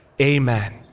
amen